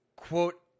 Quote